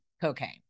cocaine